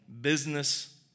business